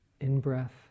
in-breath